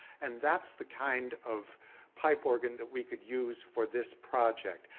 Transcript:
and that's the kind of pipe organ that we could use for this project.